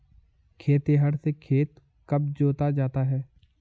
खेतिहर से खेत कब जोता जाता है?